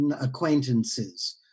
acquaintances